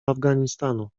afganistanu